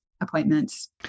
appointments